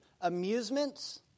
Amusements